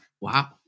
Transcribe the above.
Wow